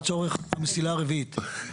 לצורך המסילה הרביעית.